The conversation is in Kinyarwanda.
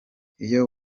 iyo